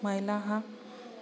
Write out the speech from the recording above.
महिलाः